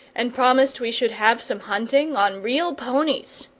and promised we should have some hunting, on real ponies.